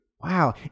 Wow